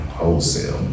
wholesale